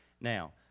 Now